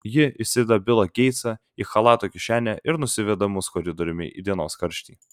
ji įsideda bilą geitsą į chalato kišenę ir nusiveda mus koridoriumi į dienos karštį